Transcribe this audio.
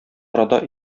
арада